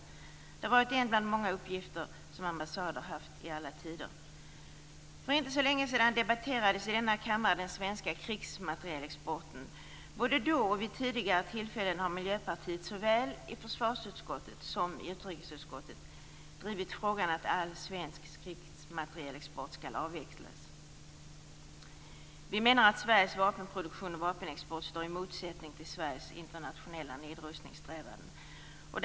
Det har varit en bland många uppgifter som ambassader haft i alla tider. För inte så länge sedan debatterades i denna kammare den svenska krigsmaterielexporten. Både då och vid tidigare tillfällen har Miljöpartiet såväl i försvarsutskottet som i utrikesutskottet drivit frågan att all svensk krigsmaterielexport skall avvecklas. Vi menar att Sveriges vapenproduktion och vapenexport står i motsättning till Sveriges internationella nedrustningssträvanden.